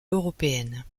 européennes